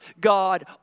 God